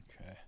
Okay